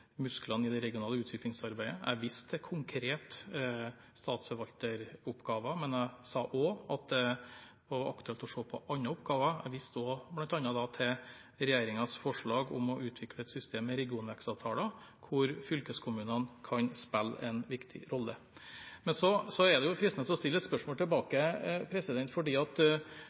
musklene i det regionale utviklingsarbeidet. Jeg viste til konkrete statsforvalteroppgaver, men jeg sa også at det var aktuelt å se på andre oppgaver. Jeg viste bl.a. til regjeringens forslag om å utvikle et system med regionvekstavtaler, hvor fylkeskommunene kan spille en viktig rolle. Det er jo fristende å stille et spørsmål tilbake,